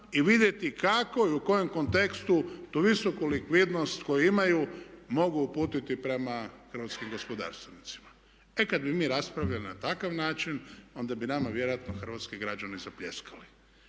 i vidjeti kako i u kojem kontekstu to visoku likvidnost koju imaju mogu uputiti prema hrvatskim gospodarstvenicima. E kada bi mi raspravljali na takav način onda bi nama vjerojatno hrvatski građani zapljeskali.